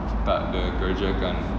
tak ada kerja kan